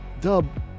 Dub